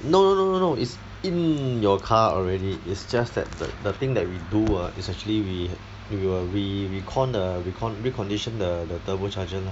no no no no no it's in your car already it's just that the the thing that we do uh it's actually we we will we recon~ uh recon~ recondition the turbo charger lah